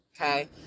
Okay